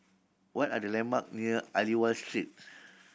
what are the landmark near Aliwal Street